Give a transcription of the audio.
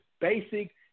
basic